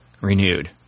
renewed